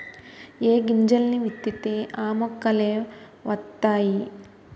ఏ గింజల్ని విత్తితే ఆ మొక్కలే వతైయి